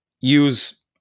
use